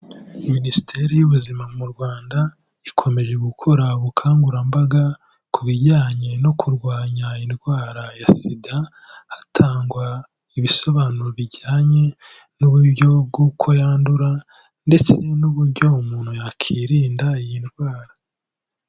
Minisiteri y'Ubuzima mu Rwanda, ikomeje gukora ubukangurambaga ku bijyanye no kurwanya indwara ya SIDA, hatangwa ibisobanuro bijyanye n'uburyo bw'uko yandura ndetse n'uburyo umuntu yakwirinda iyi ndwara.